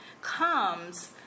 comes